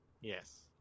Yes